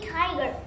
tiger